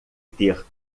ter